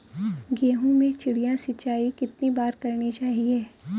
गेहूँ में चिड़िया सिंचाई कितनी बार करनी चाहिए?